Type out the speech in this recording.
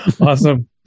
Awesome